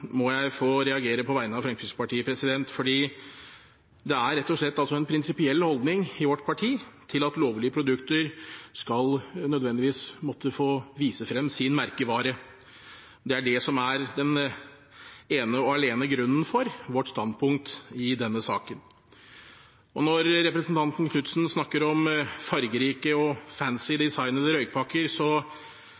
må jeg få reagere på vegne av Fremskrittspartiet. Det er rett og slett en prinsipiell holdning i vårt parti at lovlige produkter nødvendigvis skal måtte få vise frem sin merkevare. Det er ene og alene grunnen til vårt standpunkt i denne saken. Når representanten Knutsen snakker om fargerike og